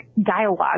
dialogue